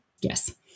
yes